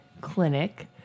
clinic